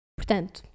Portanto